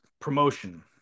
promotion